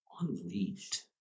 unleashed